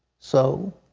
so?